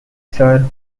sir